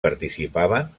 participaven